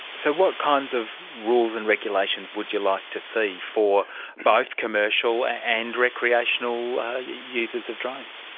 so what kinds of rules and regulations would you like to see for both commercial and recreational users of drones?